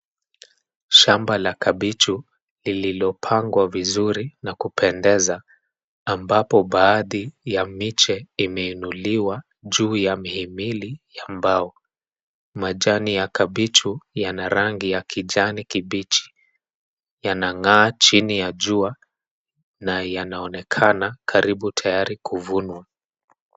Shamba la kabichu lililopangwa vizuri na kupendeza, ambapo baadhi ya miche imeinuliwa juu ya mihimili ya mbao. Majani ya kabichu yana rangi ya kijani kibichi. Yanang'aa chini ya jua na yanaonekana karibu tayari kuvunwa.